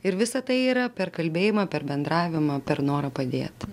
ir visa tai yra per kalbėjimą per bendravimą per norą padėt